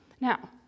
Now